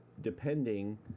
depending